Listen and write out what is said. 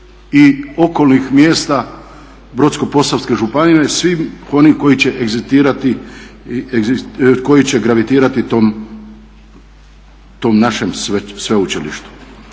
i okolnih mjesta Brodsko-posavske županije svih onih koji će egzistirati, koji će gravitirati tom našem sveučilištu.